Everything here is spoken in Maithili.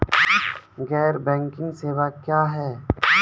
गैर बैंकिंग सेवा क्या हैं?